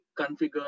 configure